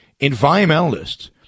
environmentalists